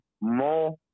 more